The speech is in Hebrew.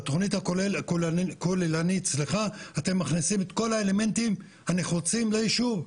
בתכנית הכוללנית אתם מכנסים את כל האלמנטים הנחוצים לישוב,